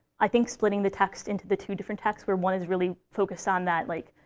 i think splitting the text into the two different texts, where one is really focused on that, like,